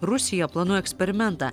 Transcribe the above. rusija planuoja eksperimentą